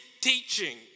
teaching